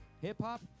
Hip-hop